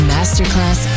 Masterclass